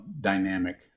dynamic